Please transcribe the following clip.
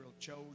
chose